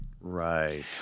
Right